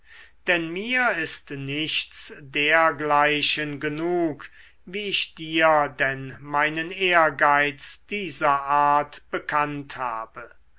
denn mir ist nichts dergleichen genug wie ich dir denn meinen ehrgeiz dieser art bekannt habe